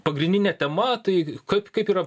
pagrindinė tema tai kaip kaip yra